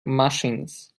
machines